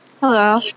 Hello